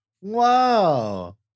Wow